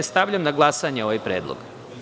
Stavljam na glasanje ovaj predlog.